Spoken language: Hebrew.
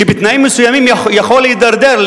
שבתנאים מסוימים יכול להידרדר,